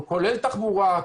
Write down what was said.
כולל תחבורה,